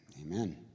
Amen